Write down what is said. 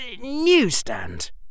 newsstand